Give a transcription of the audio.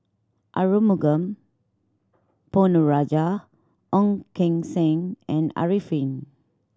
Arumugam Ponnu Rajah Ong Keng Sen and Arifin